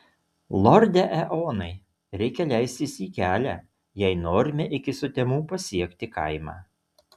lorde eonai reikia leistis į kelią jei norime iki sutemų pasiekti kaimą